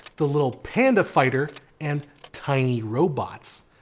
the little panda fighter and tiny robots.